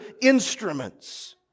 instruments